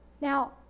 Now